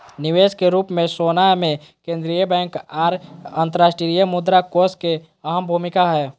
निवेश के रूप मे सोना मे केंद्रीय बैंक आर अंतर्राष्ट्रीय मुद्रा कोष के अहम भूमिका हय